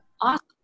Awesome